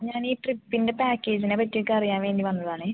ഞാൻ ഈ ട്രിപ്പിൻ്റെ പാക്കേജിനെ പറ്റിയൊക്കെ അറിയാൻ വേണ്ടി വന്നത് ആണേ